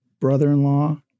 brother-in-law